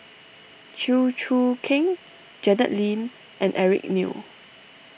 Chew Choo Keng Janet Lim and Eric Neo